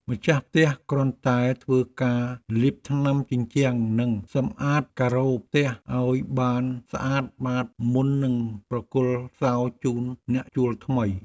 ម្ចាស់ផ្ទះគ្រាន់តែធ្វើការលាបថ្នាំជញ្ជាំងនិងសម្អាតការ៉ូផ្ទះឱ្យបានស្អាតបាតមុននឹងប្រគល់សោជូនអ្នកជួលថ្មី។